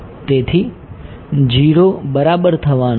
તેથી 0 બરાબર થવાનું છે